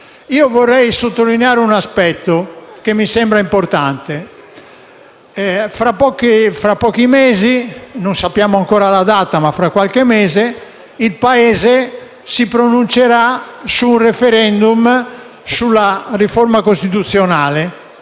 noi. Vorrei sottolineare un aspetto che mi sembra importante. Fra pochi mesi - non sappiamo ancora la data, ma si tratta di qualche mese - il Paese si pronuncerà, tramite il *referendum*, sulla riforma costituzionale